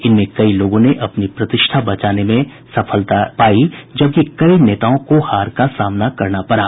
इनमें कई लोगों ने अपनी प्रतिष्ठा बचाने में सफल रहे जबकि कई नेताओं को हार का सामना करना पड़ा